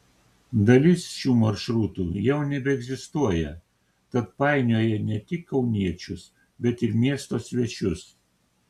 dalis šių maršrutų jau nebeegzistuoja tad painioja ne tik kauniečius bet ir miesto svečius